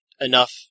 enough